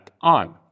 on